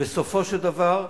שבסופו של דבר,